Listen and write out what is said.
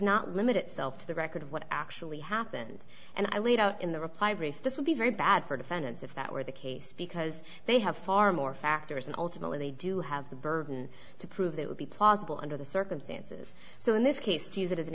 not limit itself to the record of what actually happened and i laid out in the reply brief this would be very bad for defendants if that were the case because they have far more factors and ultimately they do have the burden to prove that would be plausible under the circumstances so in this case to use it as an